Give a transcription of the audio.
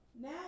Now